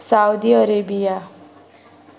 Saudi Arabia